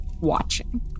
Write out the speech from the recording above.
watching